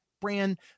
brand